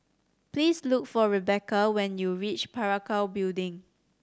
please look for Rebecca when you reach Parakou Building